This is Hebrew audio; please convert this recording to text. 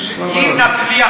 אם נצליח,